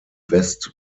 west